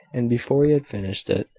and, before he had finished it,